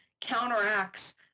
counteracts